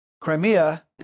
Crimea